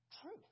truth